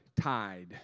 tide